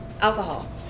alcohol